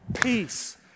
peace